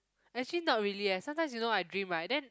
actually not really leh sometimes you know I dream right then